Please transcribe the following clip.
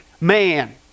man